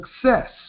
success